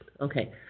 Okay